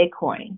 Bitcoin